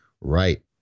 right